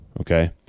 Okay